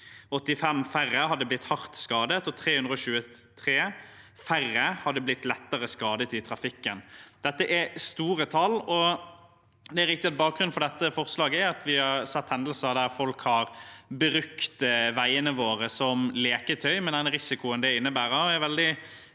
85 færre hadde blitt hardt skadet, og 323 færre hadde blitt lettere skadet i trafikken. Dette er store tall. Det er riktig at bakgrunnen for dette forslaget er at vi har sett hendelser der folk har brukt veiene våre til å leke på, med den risikoen det innebærer. Jeg er veldig